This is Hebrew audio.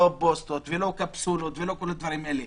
לא "פוסטות" ולא קפסולות ולא כל הדברים האלה.